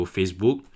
Facebook